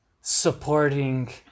supporting